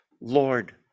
Lord